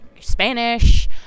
spanish